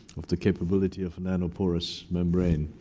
of the capability of a nanoporous membrane.